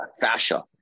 fascia